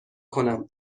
کنم